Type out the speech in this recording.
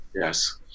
Yes